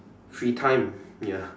free time ya